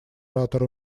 оратор